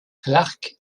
clarke